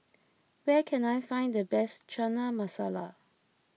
where can I find the best Chana Masala